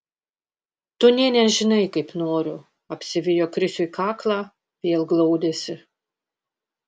tu nė nežinai kaip noriu apsivijo krisiui kaklą vėl glaudėsi